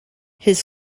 his